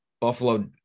Buffalo